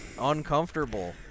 uncomfortable